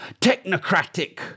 technocratic